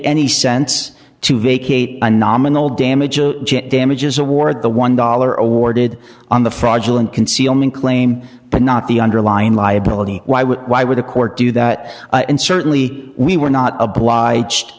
any sense to vacate a nominal damages damages awarded the one dollar awarded on the fraudulent concealment claim but not the underlying liability why would why would a court do that and certainly we were not obliged